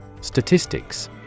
Statistics